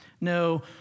No